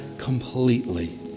completely